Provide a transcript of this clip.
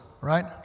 right